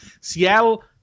Seattle